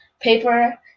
paper